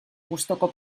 gustuko